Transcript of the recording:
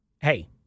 hey